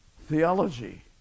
theology